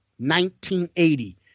1980